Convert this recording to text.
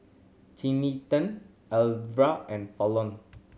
Cinthia Alverda and Falon